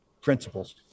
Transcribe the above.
principles